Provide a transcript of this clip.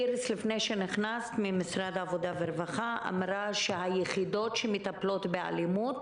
איריס ממשרד העבודה והרווחה אמרה שהיחידות שמטפלות באלימות